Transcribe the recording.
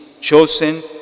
chosen